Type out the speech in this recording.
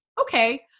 okay